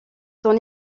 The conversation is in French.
son